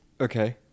Okay